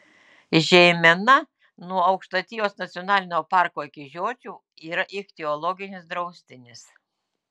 žeimena nuo aukštaitijos nacionalinio parko iki žiočių yra ichtiologinis draustinis